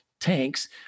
tanks